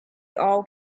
all